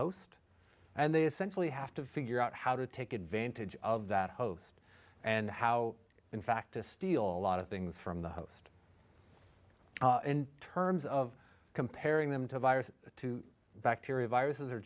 host and they essentially have to figure out how to take advantage of that host and how in fact to steal a lot of things from the host in terms of comparing them to a virus to bacteria viruses